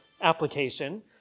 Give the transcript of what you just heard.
application